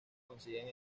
consiguen